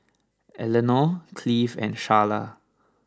Elenor Cleave and Charla